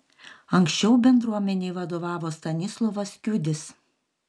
anksčiau bendruomenei vadovavo stanislovas kiudis